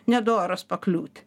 nedoras pakliūt